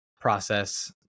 process